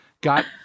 got